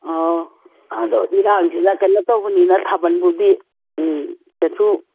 ꯑꯧ ꯑꯗꯣ ꯏꯔꯥꯡꯁꯤꯅ ꯀꯩꯅꯣ ꯇꯧꯕꯅꯤꯅ ꯊꯥꯕꯜꯕꯨꯗꯤ ꯎꯝ ꯀꯩꯁꯨ